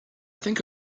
think